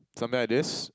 something like this